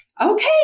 Okay